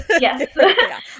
Yes